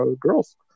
girls